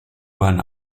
bahn